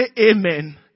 amen